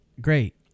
great